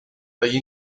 dagli